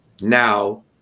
now